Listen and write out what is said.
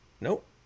Nope